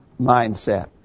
mindset